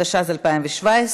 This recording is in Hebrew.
התשע"ז 2017,